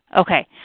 Okay